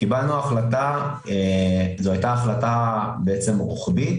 זו היתה החלטה רוחבית,